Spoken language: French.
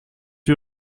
par